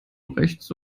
rechts